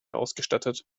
ausgestattet